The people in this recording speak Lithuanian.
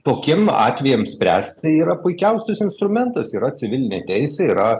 tokiem atvejam spręst tai yra puikiausias instrumentas yra civilinė teisė yra